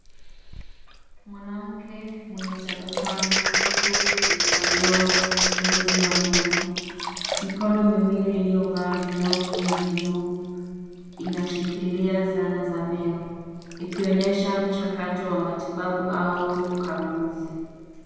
Mwanamke mwenye tabasamu, huku akifanyiwa uchunguzi wa meno. Mikono miwili iliyovaa glovu ya blue , inashikila zana za meno, ikionyesha mchakato wa matibabu au ukaguzi.